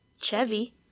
Chevy